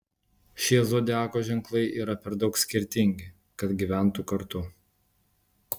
šie zodiako ženklai yra per daug skirtingi kad gyventų kartu